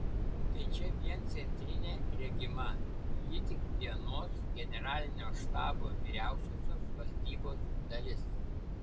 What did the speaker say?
tai čia vien centrinė regima ji tik vienos generalinio štabo vyriausiosios valdybos dalis